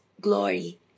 glory